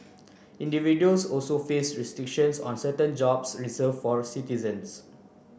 individuals also face restrictions on certain jobs reserve for a citizens